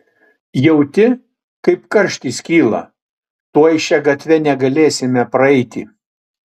jauti kaip karštis kyla tuoj šia gatve negalėsime praeiti